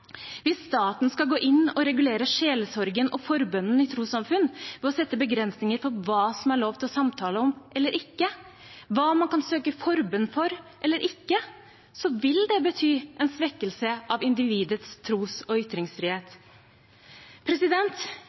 Hvis staten skal gå inn og regulere sjelesorgen og forbønnen i trossamfunn ved å sette begrensninger for hva det er lov til å samtale om eller ikke, hva man kan søke forbønn for eller ikke, vil det bety en svekkelse av individets tros- og ytringsfrihet.